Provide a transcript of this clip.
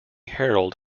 harold